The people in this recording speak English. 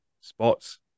spots